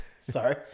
Sorry